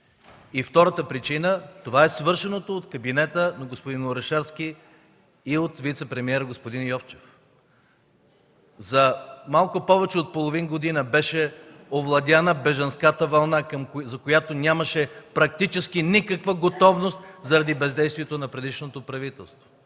И втората причина е свършеното от кабинета на господин Орешарски и от вицепремиера господин Йовчев. За малко повече от половин година беше овладяна бежанската вълна, за която нямаше практически никаква готовност заради бездействието на предишното правителство.